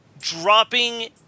dropping